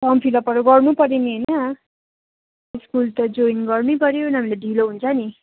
form फिलअपहरू गर्नुपऱ्यो नि होइन स्कुल त जोइन गर्नैपऱ्यो नभए त ढिलो हुन्छ नि